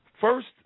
first